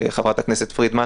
חברת הכנסת פרידמן,